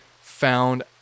found